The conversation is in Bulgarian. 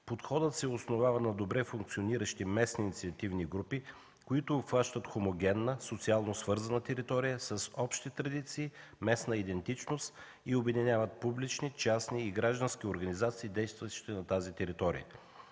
Подходът се основава на добре функциониращи местни инициативни групи, които обхващат хомогенна, социално свързана територия с общи традиции, местна идентичност и обединяват публични, частни и граждански организации, действащи на тази територия.